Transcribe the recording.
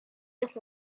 just